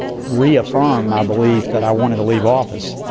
reaffirm my belief that i wanted to leave office